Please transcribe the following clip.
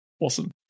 Awesome